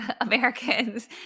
Americans